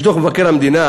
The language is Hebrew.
יש דוח מבקר המדינה